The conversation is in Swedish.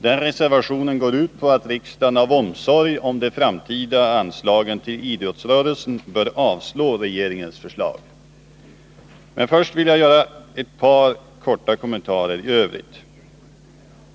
Den reservationen går ut på att riksdagen av omsorg om de framtida anslagen till idrottsrörelsen bör avslå regeringens förslag. Men först vill jag göra två korta kommentarer i övrigt.